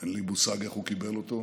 אין לי מושג איך הוא קיבל אותו,